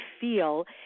feel